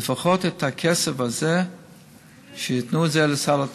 שלפחות את הכסף הזה ייתנו לסל התרופות.